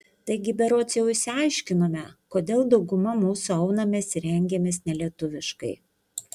taigi berods jau išsiaiškinome kodėl dauguma mūsų aunamės ir rengiamės nelietuviškai